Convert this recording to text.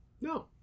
No